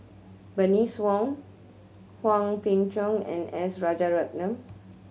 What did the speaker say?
Bernice Wong Hwang Peng Yuan and S Rajaratnam